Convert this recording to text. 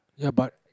ya but